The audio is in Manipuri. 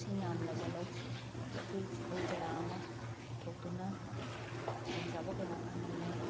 ꯃꯁꯤꯡ ꯌꯥꯝꯂꯕ ꯂꯧꯎ ꯁꯤꯡꯎ ꯀꯌꯥ ꯑꯃ ꯄꯨꯊꯣꯛꯇꯨꯅ ꯈꯨꯗꯣꯡꯆꯥꯕ ꯀꯌꯥ ꯐꯪꯍꯜꯂꯦ